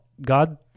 God